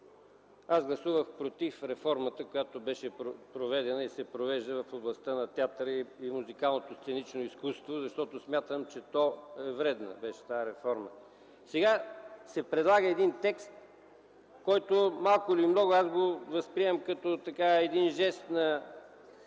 Аз гласувах против реформата, която беше проведена и се провежда в областта на театъра и музикалното сценично изкуство, защото смятам, че тази реформа е вредна. Сега се предлага един текст, който, малко или много, аз го възприемам като един жест в